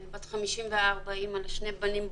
בת 54, אימא לשני בנים בוגרים,